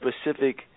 specific